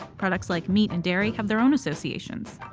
products like meat and dairy have their own associations.